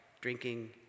drinking